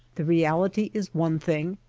the reality is one thing,